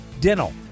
dental